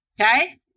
Okay